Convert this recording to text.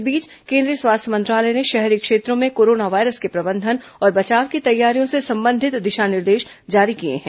इस बीच केंद्रीय स्वास्थ्य मंत्रालय ने शहरी क्षेत्रों में कोरोना वायरस के प्रबंधन और बचाव की तैयारियों से संबंधित दिशा निर्देश जारी किए हैं